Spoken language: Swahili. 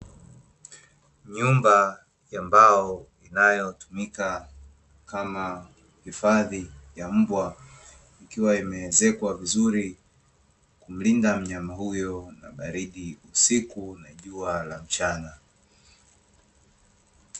Nyumba ya mbao inayotumika kama hifadhi ya Mbwa, ikiwa imezekwa vizuri kumlinda mnyama huyo na baridi usiku na jua la mchana.